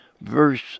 verse